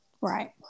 Right